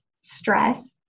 stress